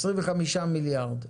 25 מיליארד.